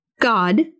God